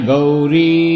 Gauri